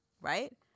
right